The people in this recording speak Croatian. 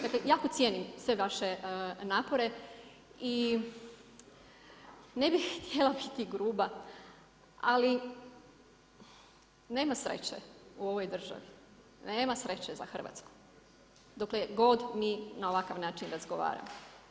Dakle jako cijenim sve vaše napore i ne bih htjela biti gruba ali nema sreće u ovoj državi, nema sreće za Hrvatsku dokle god mi na ovakav način razgovaramo.